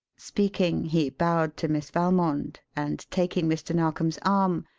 speaking, he bowed to miss valmond, and taking mr. narkom's arm,